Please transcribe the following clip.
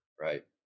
right